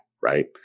Right